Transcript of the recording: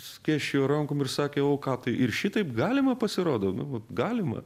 skėsčiojo rankom ir sakė o ką tai ir šitaip galima pasirodo nu vat galima